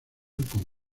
con